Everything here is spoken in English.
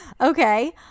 okay